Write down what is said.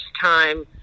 time